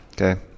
okay